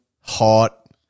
hot